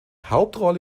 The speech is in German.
hauptrolle